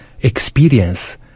experience